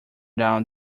down